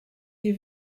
des